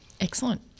Excellent